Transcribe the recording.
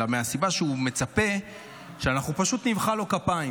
אלא מהסיבה שהוא מצפה שאנחנו פשוט נמחא לו כפיים.